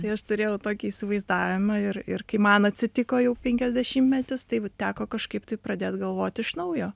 tai aš turėjau tokį įsivaizdavimą ir ir kai man atsitiko jau penkiasdešimtmetis teko kažkaip tai pradėt galvot iš naujo